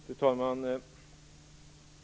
Fru talman!